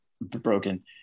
broken